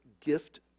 gift